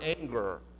anger